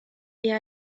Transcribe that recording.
eher